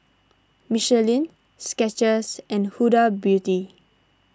Michelin Skechers and Huda Beauty